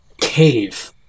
cave